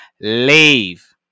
Leave